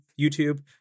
YouTube